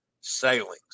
sailings